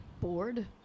Bored